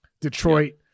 Detroit